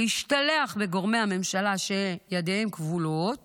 להשתלח בגורמי הממשלה, שידיהם כבולות